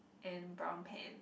and brown pants